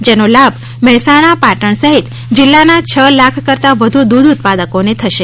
જેનો લાભ મહેસાણા પાટણ સહિત જિલ્લાના છ લાખ કરતા વધુ દૂધ ઉત્પાદકોને થશે